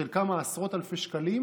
של כמה עשרות אלפי שקלים,